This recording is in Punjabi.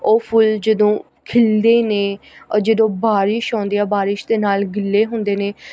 ਉਹ ਫੁੱਲ ਜਦੋਂ ਖਿਲਦੇ ਨੇ ਔਰ ਜਦੋਂ ਬਾਰਿਸ਼ ਆਉਂਦੀ ਆ ਬਾਰਿਸ਼ ਦੇ ਨਾਲ ਗਿੱਲੇ ਹੁੰਦੇ ਨੇ